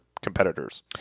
competitors